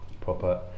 proper